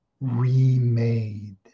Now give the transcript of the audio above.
remade